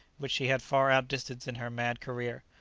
which she had far out-distanced in her mad career.